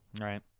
Right